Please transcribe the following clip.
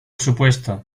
supuesto